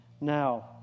Now